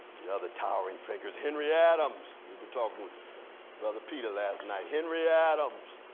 the other towering figures, henry adams. we be talking with brother peter last night, henry adams,